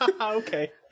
Okay